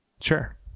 Sure